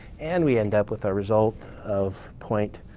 and we end up with our result of point